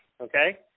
okay